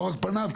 לא רק פניו,